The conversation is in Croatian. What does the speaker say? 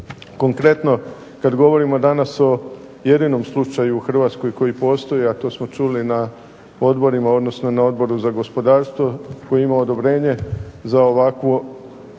Konkretno kada govorimo danas o jedinom slučaju u Hrvatskoj koji postoji, a to smo čuli na Odboru za gospodarstvo koji ima odobrenje za ovakvu